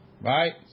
right